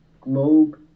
globe